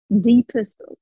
deepest